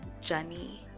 journey